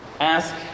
Ask